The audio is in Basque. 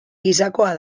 gisakoa